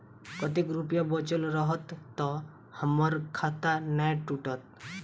कतेक रुपया बचल रहत तऽ हम्मर खाता नै टूटत?